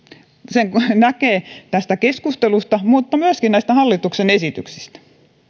sen näkee tästä keskustelusta mutta myöskin näistä hallituksen esityksistä